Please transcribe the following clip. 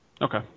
Okay